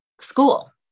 school